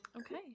okay